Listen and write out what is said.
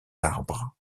arbres